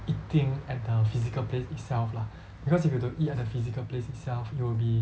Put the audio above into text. eating at the physical place itself lah because if you don't eat the physical place itself you will be